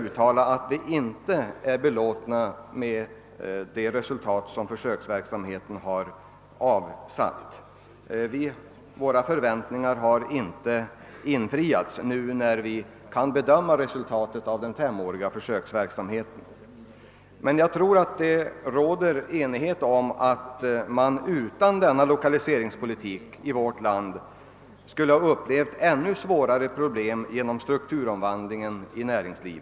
När vi nu kan bedöma resultatet av den femåriga försöksverksamheten kan vi konstatera, att våra förväntningar inte infriats. Jag tror emellertid att det råder enighet om att man utan denna l1okaliseringspolitik skulle ha upplevt ännu svårare problem till följd av näringslivets strukturomvandling.